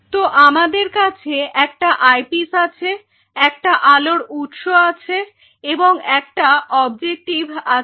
তো আমাদের কাছে একটা আইপিস আছে একটা আলোর উৎস আছে এবং একটা অবজেক্টিভ আছে